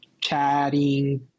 chatting